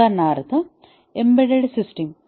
उदाहरणार्थ embedded system